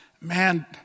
Man